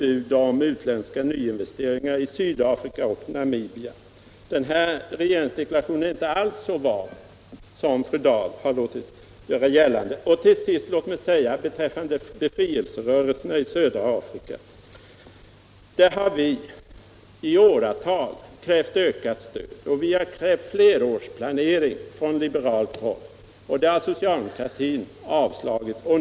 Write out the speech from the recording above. Det gäller förbud mot utländska nyinvesteringar i Sydafrika och Namibia. Regeringens politik är alltså inte alls så vag som fru Dahl har gjort gällande. Låt mig säga beträffande befrielscrörelserna i södra Afrika att vi i åratal har krävt ett ökat stöd. Vi har från liberalt håll krävt flerårsplanering. Det kravet har socialdemokratin avslagit.